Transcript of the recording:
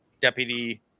deputy